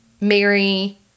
Mary